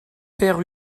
père